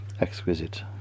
exquisite